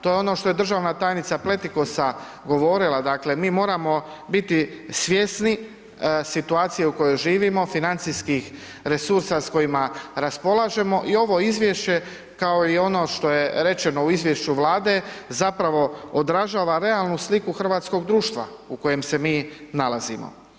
To je ono što je državna tajnica Pletikosa govorila, dakle, mi moramo biti svjesni situacije u kojoj živimo, financijskih resursa s kojima raspolažemo i ovo izvješće, kao i ono što je rečeno u izvješću Vlade zapravo odražava realnu sliku hrvatskog društva u kojem se mi nalazimo.